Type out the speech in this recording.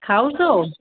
खावसो